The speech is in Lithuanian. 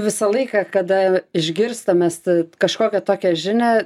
visą laiką kada išgirstam mes kažkokią tokią žinią